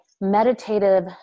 meditative